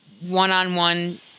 One-on-one